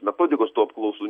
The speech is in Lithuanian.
metodikos tų apklausų